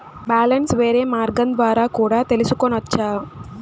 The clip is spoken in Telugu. బ్యాలెన్స్ వేరే మార్గం ద్వారా కూడా తెలుసుకొనొచ్చా?